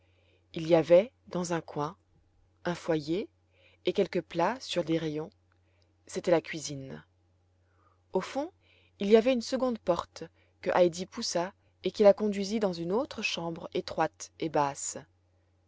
il y avait dans un coin un foyer et quelques plats sur des rayons c'était la cuisine au fond il y avait une seconde porte que heidi poussa et qui la conduisit dans une autre chambre étroite et basse